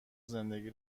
زندگی